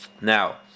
now